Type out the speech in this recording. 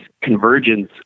convergence